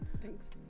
Thanks